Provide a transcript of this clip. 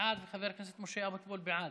בעד, חבר הכנסת משה אבוטבול, בעד.